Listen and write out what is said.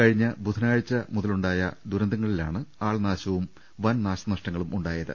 കഴിഞ്ഞ ബുധനാഴ്ച മുതലുണ്ടായ ദുരന്തങ്ങളിലാണ് ആൾനാശവും വൻ നാശനഷ്ടങ്ങളു മുണ്ടായത്